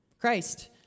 Christ